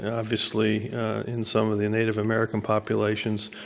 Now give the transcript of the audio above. obviously in some of the native american populations.